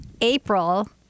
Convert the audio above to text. April